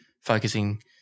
focusing